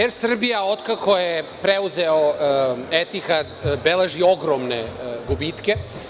Er Srbija od kako je preuzeo Etihad beleži ogromne gubitke.